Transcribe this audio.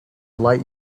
light